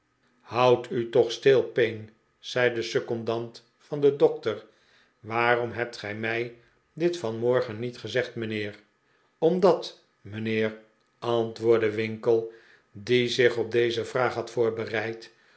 houd u toch stil payne zei de secondant van den dokter waarom hebt gij mij dit vanmorgen niet gezegd mijnheer omdat mijnheer antwoordde winkle die zich op deze vraag had voorbereid